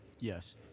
yes